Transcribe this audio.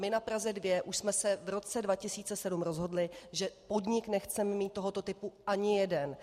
My na Praze 2 už jsme se v roce 2007 rozhodli, že podnik nechceme mít tohoto typu ani jeden.